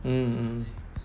um